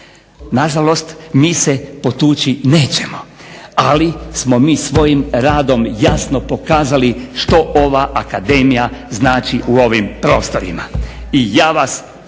Nažalost, mi se potući nećemo, ali smo mi svojim radom jasno pokazali što ova Akademija znači u ovim prostorima. I ja vas …